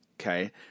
Okay